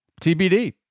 TBD